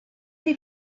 chi